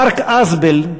מארק אזבל,